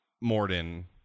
Morden